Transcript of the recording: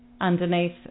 underneath